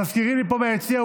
מזכירים לי פה מהיציע,